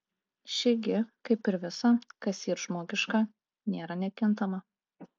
ši gi kaip ir visa kas yr žmogiška nėra nekintama